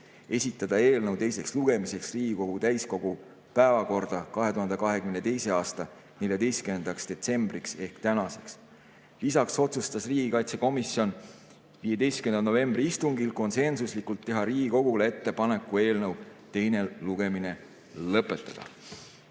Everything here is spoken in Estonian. esitada eelnõu teiseks lugemiseks Riigikogu täiskogu päevakorda 2022. aasta 14. detsembriks ehk tänaseks. Lisaks otsustas riigikaitsekomisjon 15. novembri istungil konsensuslikult teha Riigikogule ettepaneku eelnõu teine lugemine lõpetada.